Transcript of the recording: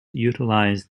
utilize